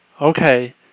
Okay